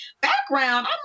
background